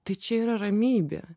tai čia yra ramybė